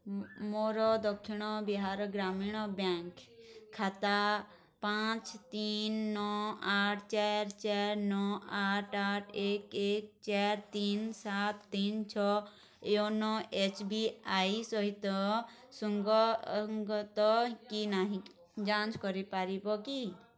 ମୋ ମୋର ଦକ୍ଷିଣ ବିହାର ଗ୍ରାମୀଣ ବ୍ୟାଙ୍କ୍ ଖାତା ପାଞ୍ଚ ତିନି ନଅ ଆଠ ଚାରି ଚାରି ନଅ ଆଠ ଆଠ ଏକ ଏକ ଚାରି ତିନି ସାତ ତିନି ସାତ ତିନି ଛଅ ୟୋନୋ ଏସ୍ ବି ଆଇ ସହିତ ସୁସଙ୍ଗତ କି ନାହିଁ ଯାଞ୍ଚ କରିପାରିବ କି